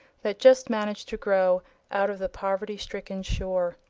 that just managed to grow out of the poverty-stricken shore.